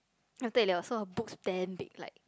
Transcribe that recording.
after A-levels so her boobs damn big like